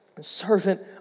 servant